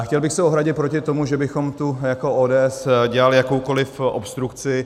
Chtěl bych se ohradit proto tomu, že bychom tu jako ODS dělali jakoukoliv obstrukci.